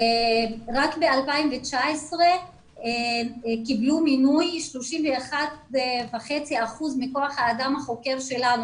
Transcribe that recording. רק ב-2019 קיבלו מינוי 31.5% מכוח האדם החוקר שלנו.